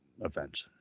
event